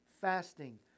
fasting